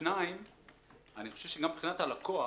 דבר שני, גם מבחינת הלקוח